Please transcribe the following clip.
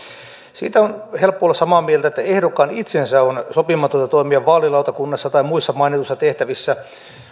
siitä on helppo olla samaa mieltä että ehdokkaan itsensä on sopimatonta toimia vaalilautakunnassa tai muissa mainituissa tehtävissä